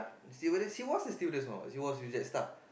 she was a she was a stewardess she was with JetStar